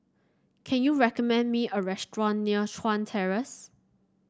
can you recommend me a restaurant near Chuan Terrace